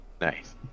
Nice